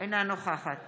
אינה נוכחת